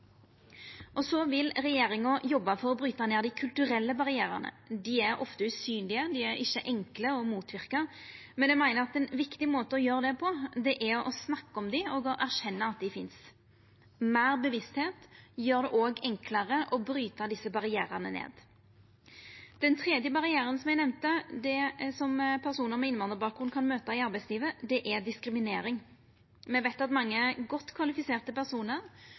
vil regjeringa jobba for å bryta ned dei kulturelle barrierane. Dei er ofte usynlege. Dei er ikkje enkle å motverka, men eg meiner at ein viktig måte å gjera det på, er å snakka om dei og erkjenna at dei finst. Meir bevisstheit gjer det òg enklare å bryta desse barrierane ned. Den tredje barrieren eg nemnde, som personar med innvandrarbakgrunn kan møta i arbeidslivet, er diskriminering. Me veit at mange godt kvalifiserte personar